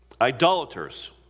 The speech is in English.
Idolaters